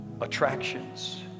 attractions